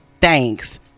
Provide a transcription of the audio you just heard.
thanks